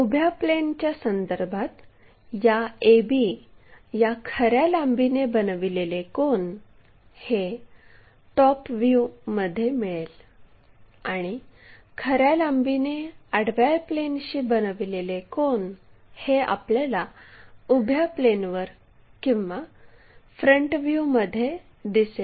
उभ्या प्लेनच्या संदर्भात या ab या खर्या लांबीने बनविलेले कोन हे टॉप व्ह्यू मध्ये मिळेल आणि खर्या लांबीने आडव्या प्लेनशी बनविलेले कोन हे आपल्याला उभ्या प्लेनवर किंवा फ्रंट व्ह्यू मध्ये दिसेल